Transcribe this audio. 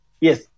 Yes